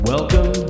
Welcome